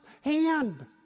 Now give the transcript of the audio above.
hand